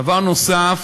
דבר נוסף,